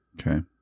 okay